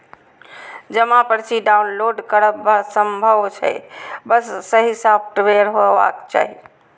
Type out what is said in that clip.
जमा पर्ची डॉउनलोड करब संभव छै, बस सही सॉफ्टवेयर हेबाक चाही